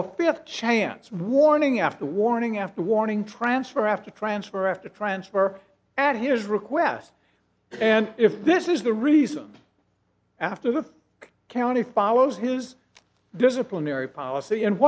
or fifth chance warning after warning after warning transfer after transfer after transfer at his request and if this is the reason after the county follows his disciplinary policy and